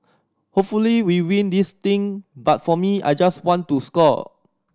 hopefully we win this thing but for me I just want to score